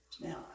Now